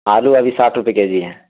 آلو ابھی ساٹھ روپے کے جی ہے